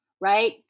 right